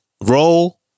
Roll